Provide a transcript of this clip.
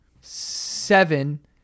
seven